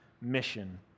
mission